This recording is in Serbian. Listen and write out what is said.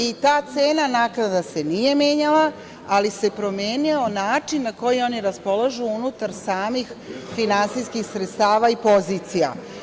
I, ta cena naknada se nije menjala, ali se promenio način na koji oni raspolažu unutar samih finansijskih sredstava i pozicija.